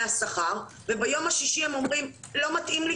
השכר וביום השישי הם אומרים: לא מתאים לי,